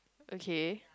okay